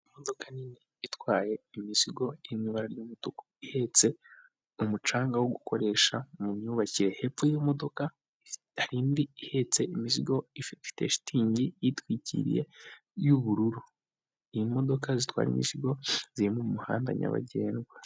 Imodoka nini itwaye imizigo iri mu ibara ry'umutuku ihetse umucanga wo gukoresha mu myubakire, hepfo y'iyo modoka hari indi ihetse imizigo ifite shitingi iyitwikiriye y'ubururu, ni imodoka zitwara imizigo ziri mu muhanda nyabagendwa.